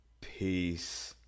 Peace